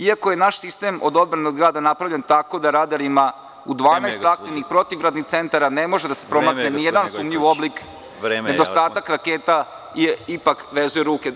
Iako je naš sistem od odbrane od grada napravljen tako da radarima u 12 aktivnih protivgradnih centara ne može da se promakne nijedan sumnjiv oblik, nedostatak raketa ipak vezuje ruke.